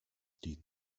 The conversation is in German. die